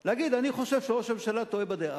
להגיד: אני חושב שראש הממשלה טועה בדעה,